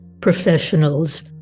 professionals